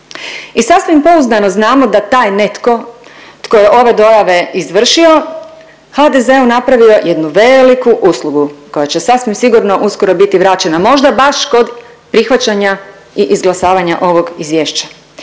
I sasvim pouzdano znamo da taj netko tko je ove dojave izvršio HDZ-u napravio jednu veliku uslugu koja će sasvim sigurno uskoro biti vraćena možda baš kod prihvaćanja i izglasavanja ovog izvješća.